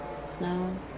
snow